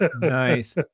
Nice